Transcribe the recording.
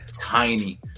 tiny